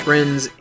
Friends